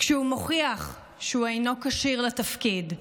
כשהוא מוכיח שהוא אינו כשיר לתפקיד,